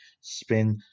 spin